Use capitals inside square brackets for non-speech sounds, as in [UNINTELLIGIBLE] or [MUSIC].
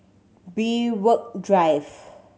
[UNINTELLIGIBLE] Drive